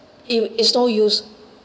it is no use